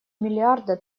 миллиарда